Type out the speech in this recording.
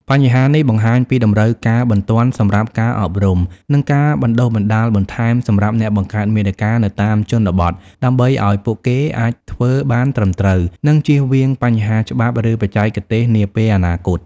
បញ្ហានេះបង្ហាញពីតម្រូវការបន្ទាន់សម្រាប់ការអប់រំ និងការបណ្តុះបណ្តាលបន្ថែមសម្រាប់អ្នកបង្កើតមាតិកានៅតាមជនបទ ដើម្បីឲ្យពួកគេអាចធ្វើបានត្រឹមត្រូវ និងចៀសវាងបញ្ហាច្បាប់ ឬបច្ចេកទេសនាពេលអនាគត។